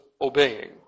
obeying